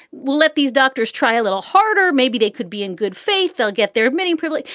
we'll let these doctors try a little harder. maybe they could be in good faith. they'll get there. many privily.